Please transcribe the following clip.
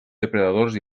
depredadors